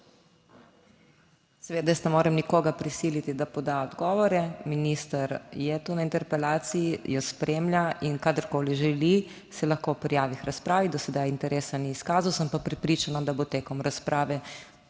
Seveda, jaz ne morem nikogar prisiliti, da poda odgovore. Minister je tu na interpelaciji, jo spremlja in kadarkoli želi, se lahko prijavi k razpravi, do sedaj interesa ni izkazal, sem pa prepričana, da bo tekom razprave